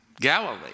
Galilee